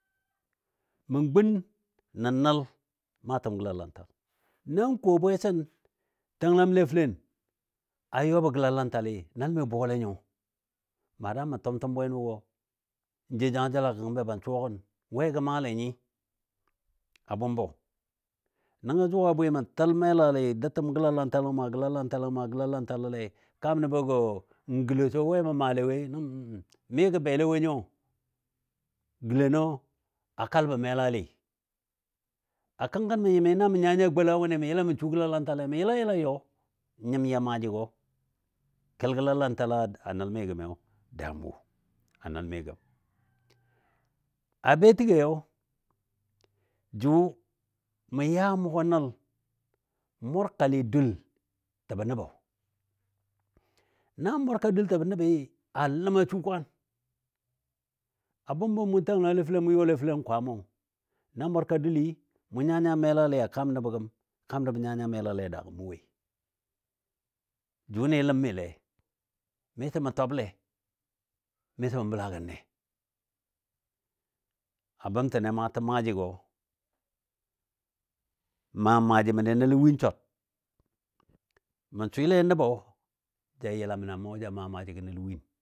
mə gun nən nəl maatəm gəlalantal nan ko bwesən tənglamle fəlen, a yɔbɔ gəlalantalɨ nəl mi buwale nyo madam mə twʊtwʊ bwenʊgɔ. N jou jangajela gəgəm be ban suwa gən we gə maale nyi a bʊmbɔ. Nəngo jʊ a bwi mə təl melalɨ doutəm gəlalantalɔ n maa gəlalantalɔ maa gəlalantalɔlei, kaam nəbɔ gɔ n gəlo sɔ we mə maale wo nəngɔ mə mi gə bele wo nyo. Gəleno a kalbɔ melalɨ, a kəngkɔ ni mə yɨmi na mə nya nya gola wʊnɨ mə yəla mə su gəlalantale mə yəla yəlan yɔ. N nyim ya maajigɔ kel gəlalantalɔ a nəl mi gəmiyo daam wo a nəl mi gəm. A be təgɔyo jʊ mə ya mʊgɔ nəl mʊrkali dul təbɔ nabɔ, nan mʊrka dul təbɔ nəbi a ləm a su kwaan a bʊmbɔ mʊ tanglale fəlen mʊ yɔle fəlen kwamɔ. Nan mʊrka duli mun nya nya melalɨ a kaam nəbɔ gəm, kaam nəb nya nya melalɨ a daagɔ mʊ woi. Jʊnɨ ləmile miso mə twable, miso mə bəla gənne. A bəm təni maatəm maajigo, n maa maaji məndi nəlo win swar, mə swɨle nəbo ja yəlam na mə ja maa maajigɔ nəlo win